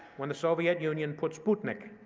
when the soviet union put sputnik,